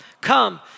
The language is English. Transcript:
come